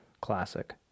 classic